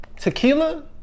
tequila